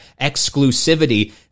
exclusivity